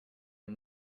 and